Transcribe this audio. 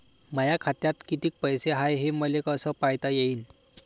माया खात्यात कितीक पैसे हाय, हे मले कस पायता येईन?